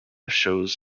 shows